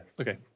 okay